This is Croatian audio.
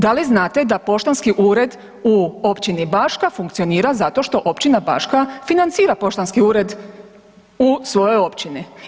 Da li znate da poštanski ured u Općini Baška funkcionira zato što Općina Baška financira poštanski ured u svojoj općini?